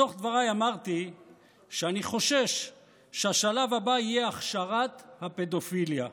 בתוך דבריי אמרתי שאני חושש שהשלב הבא יהיה הכשרת הפדופיליה.